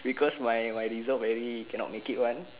because my my result very cannot make it one